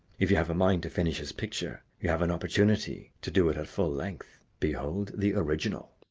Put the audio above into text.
if you have a mind to finish his picture, you have an opportunity to do it at full length. behold the original.